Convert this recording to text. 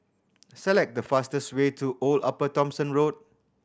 select the fastest way to Old Upper Thomson Road